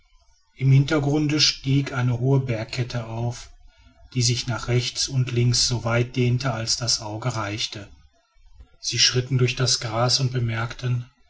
im hintergrunde stieg eine hohe bergkette auf die sich nach rechts und links so weit dehnte als das auge reichte sie schritten durch das gras und bemerkten